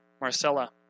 Marcella